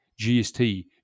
gst